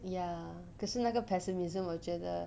ya 可是那个 pessimism 我觉得